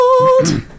old